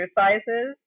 exercises